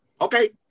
Okay